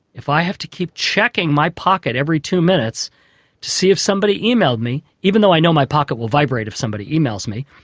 if i have to keep checking my pocket every two minutes to see if somebody emailed me, even though i know my pocket will vibrate if somebody emails me,